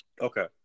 Okay